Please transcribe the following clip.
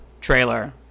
trailer